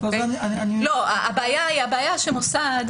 הבעיה שמוסד